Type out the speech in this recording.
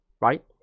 right